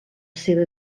seva